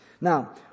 Now